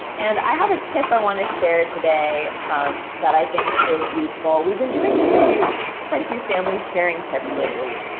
and i have a tip i want to share today that i think is useful. we've been doing a few, quite a few families sharing tips lately,